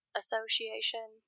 association